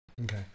Okay